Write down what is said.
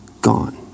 gone